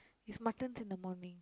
is muttons in the morning